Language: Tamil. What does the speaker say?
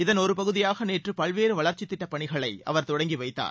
இதன் ஒரு பகுதியாக நேற்று பல்வேறு வளர்ச்சித் திட்டப்பணிகளை அவர் தொடங்கி வைத்தார்